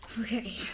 Okay